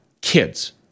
kids